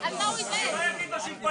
שלא יגיד לו שיתבייש.